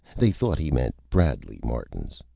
they thought he meant bradley-martin's.